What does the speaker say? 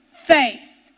Faith